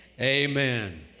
amen